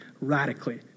radically